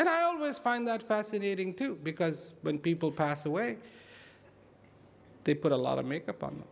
but i always find that fascinating too because when people pass away they put a lot of makeup on